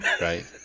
right